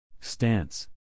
Stance